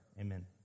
amen